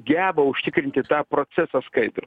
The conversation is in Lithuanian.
geba užtikrinti tą procesą skaidrų